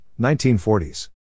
1940s